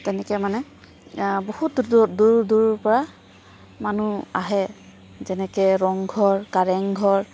তেনেকৈ মানে বহুত দূৰ দূৰৰপৰা মানুহ আহে যেনেকৈ ৰংঘৰ কাৰেংঘৰ